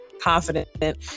confident